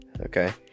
okay